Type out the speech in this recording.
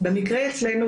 במקרה אצלנו,